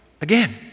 Again